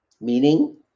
meaning